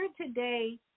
today